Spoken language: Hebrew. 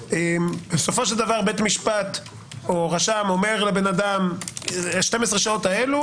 בסופו של דבר בית משפט או רשם אומר לאדם: 12 השעות האלה